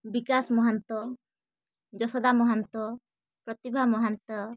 Bikash Mahanta Jashoda Mahanta Pratibha Mahanta